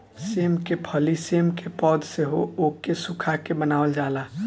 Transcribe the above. सेम के फली सेम के पौध से ओके सुखा के बनावल जाला